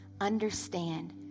understand